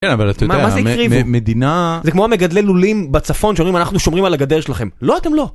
- כן אבל אתה יודע... - מה זה הקריבו ?- ...מדינה... - זה כמו מגדלי לולים בצפון שאנחנו שומרים על הגדר שלכם. לא, אתם לא.